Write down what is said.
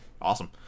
awesome